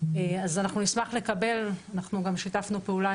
ואנחנו רואים גם את השיפור.